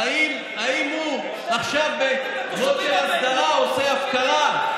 אם הוא עכשיו, במקום הסדרה, עושה הפקרה.